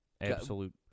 absolute